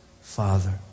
Father